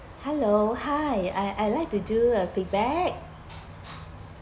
hello hi I I'd like to do a feedback